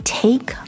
take